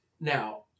Now